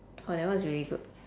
oh that one is really good